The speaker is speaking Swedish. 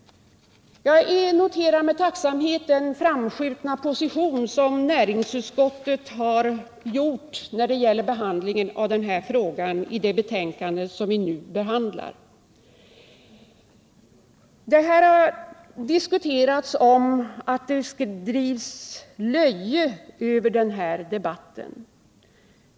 Jag noterar med tacksamhet den framskjutna position som näringsutskottet ordnat när det gäller behandlingen av denna fråga i det betänkande som vi nu behandlar. Det har här sagts att det sprids löje över denna debatt.